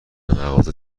مغازه